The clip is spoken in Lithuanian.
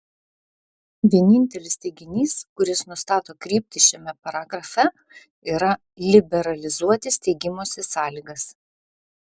vienintelis teiginys kuris nustato kryptį šiame paragrafe yra liberalizuoti steigimosi sąlygas